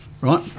right